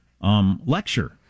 lecture